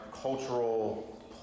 cultural